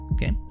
Okay